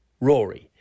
Rory